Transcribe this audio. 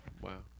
Wow